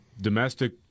domestic